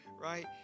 right